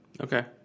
Okay